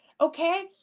Okay